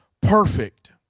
perfect